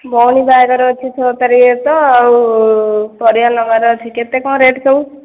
ଭଉଣୀ ବାହାଘର ଅଛି ଛଅ ତାରିଖରେ ତ ଆଉ ପରିବା ନେବାର ଅଛି କେତେ କଣ ରେଟ୍ ସବୁ